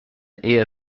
ear